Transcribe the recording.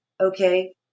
Okay